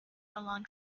along